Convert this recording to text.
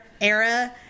era